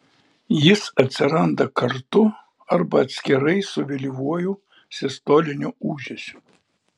jis atsiranda kartu arba atskirai su vėlyvuoju sistoliniu ūžesiu